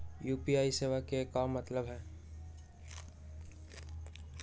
UPI सेवा के का मतलब है?